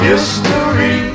History